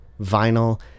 vinyl